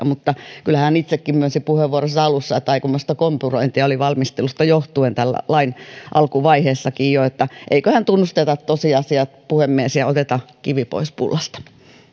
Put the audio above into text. mutta kyllä hän itsekin myönsi puheenvuoronsa alussa että aikamoista kompurointia oli valmistelusta johtuen tämän lain alkuvaiheessakin jo joten eiköhän tunnusteta tosiasiat puhemies ja oteta kivi pois pullasta